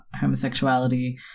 homosexuality